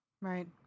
Right